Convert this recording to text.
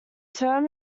term